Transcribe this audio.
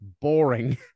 Boring